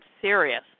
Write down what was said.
serious